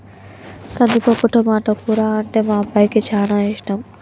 కందిపప్పు టమాటో కూర అంటే మా అబ్బాయికి చానా ఇష్టం